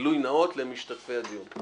כגילוי נאות למשתתפי הדיון.